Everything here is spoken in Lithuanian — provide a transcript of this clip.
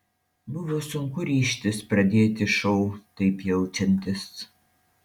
buvo sunku ryžtis pradėti šou taip jaučiantis